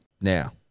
Now